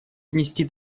внести